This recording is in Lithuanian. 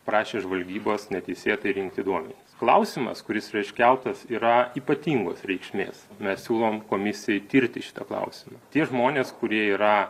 prašė žvalgybos neteisėtai rinkti duomenis klausimas kuris yra iškeltas yra ypatingos reikšmės mes siūlom komisijai tirti šitą klausimą tie žmonės kurie yra